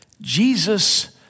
Jesus